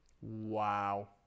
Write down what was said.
Wow